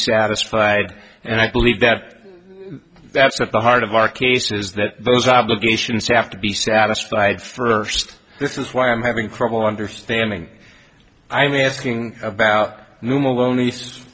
satisfied and i believe that's at the heart of our case is that those obligations have to be satisfied first this is why i'm having trouble understanding i'm asking about new malone